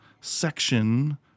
section